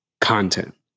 content